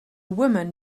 woman